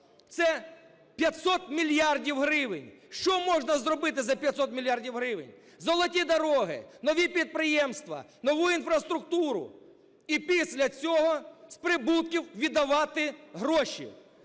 це 500 мільярдів гривень. Що можна зробити за 500 мільярдів гривень? Золоті дороги, нові підприємства, нову інфраструктуру і після цього з прибутків віддавати гроші.